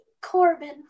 Corbin